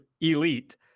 ELITE